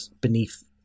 beneath